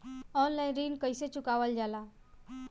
Online ऋण कईसे चुकावल जाला?